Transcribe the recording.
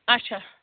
اچھا